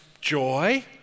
joy